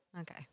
Okay